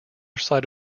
side